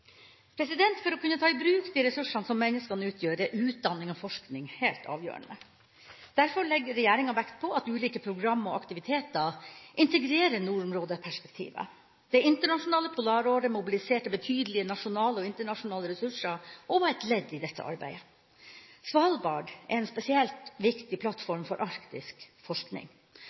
for hele nasjonen. For å kunne ta i bruk de ressursene som menneskene utgjør, er utdanning og forskning helt avgjørende. Derfor legger regjeringa vekt på at ulike programmer og aktiviteter integrerer nordområdeperspektivet. Det internasjonale polaråret mobiliserte betydelige nasjonale og internasjonale ressurser og var et ledd i dette arbeidet. Svalbard er en spesielt viktig plattform for arktisk forskning,